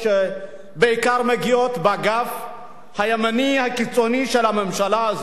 שבעיקר מגיעות מהאגף הימני הקיצוני של הממשלה הזאת,